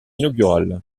inaugurale